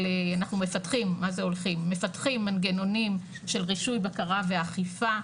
אנחנו מפתחים מנגנונים של רישוי בקרה ואכיפה,